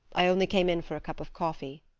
i only came in for a cup of coffee.